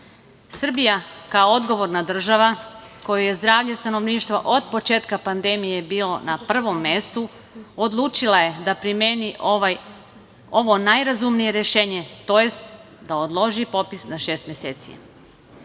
Srbija kao odgovorna država, kojoj je zdravlje stanovništva od početka pandemije bilo na prvom mestu, odlučila je da primeni ovo najrazumnije rešenje tj. da odloži popis na šest meseci. Proces